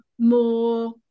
more